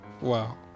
Wow